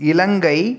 Sri Lanka